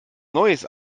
neues